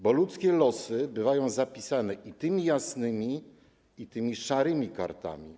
Bo ludzkie losy bywają zapisane i tymi jasnymi, i tymi szarymi kartami.